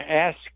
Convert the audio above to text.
ask